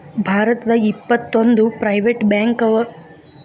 ಭಾರತದಾಗ ಇಪ್ಪತ್ತೊಂದು ಪ್ರೈವೆಟ್ ಬ್ಯಾಂಕವ